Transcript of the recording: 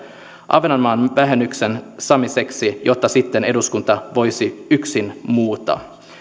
ahvenanmaan vähennyksen saamiseksi jota sitten eduskunta voisi yksin muuttaa